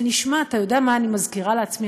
אתה יודע מה אני מזכירה לעצמי,